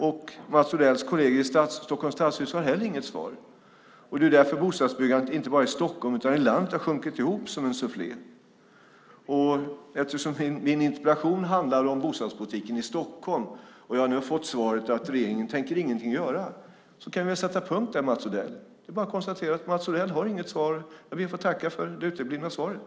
Och Mats Odells kolleger i Stockholms stadshus har heller inget svar. Det är därför bostadsbyggandet inte bara i Stockholm utan också i övriga landet har sjunkit ihop som en sufflé. Eftersom min interpellation handlar om bostadspolitiken i Stockholm och jag nu har fått svaret att regeringen tänker ingenting göra, kan vi sätta punkt där, Mats Odell. Det är bara att konstatera att Mats Odell inte har något svar. Jag ber att få tacka för det uteblivna svaret.